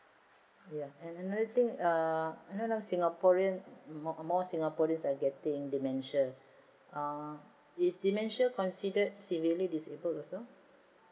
ya another thing err right now singaporean more more singaporeans are getting dementia uh is dementia considered severely disabled also